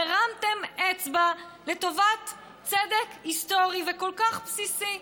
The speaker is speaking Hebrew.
והרמתם אצבע לטובת צדק היסטורי כל כך בסיסי.